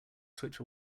switch